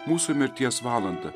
mūsų mirties valandą